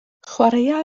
chwaraea